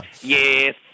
Yes